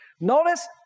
Notice